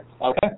Okay